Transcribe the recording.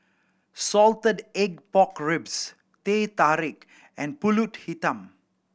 salted egg pork ribs Teh Tarik and Pulut Hitam